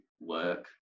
work